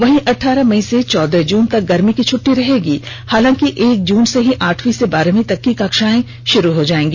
वहीं अठारह मई से चौदह जून तक गर्मी की छट्टी रहेगी हालांकि एक जून से ही आठवीं से बारहवीं तक की कक्षाए शुरु हो जाएगी